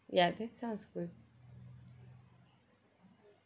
yeah that sounds good